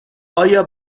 ایا